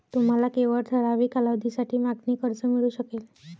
तुम्हाला केवळ ठराविक कालावधीसाठी मागणी कर्ज मिळू शकेल